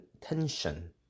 tension